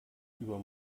über